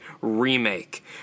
remake